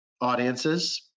audiences